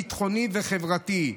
ביטחוני וחברתי.